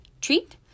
Treat